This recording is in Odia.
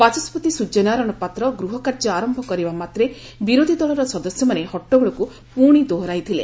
ବାଚସ୍ୱତି ସ୍ୱର୍ଯ୍ୟ ନାରାୟଣ ପାତ୍ର ଗୃହ କାର୍ଯ୍ୟ ଆର ମାତ୍ରେ ବିରୋଧୀ ଦଳର ସଦସ୍ୟ ମାନେ ହଟ୍ଟଗୋଳକୁ ପୁଶି ଦୋହରାଇଥିଲେ